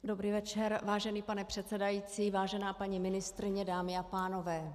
Dobrý večer, vážený pane předsedající, vážená paní ministryně, dámy a pánové.